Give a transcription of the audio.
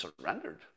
surrendered